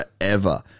forever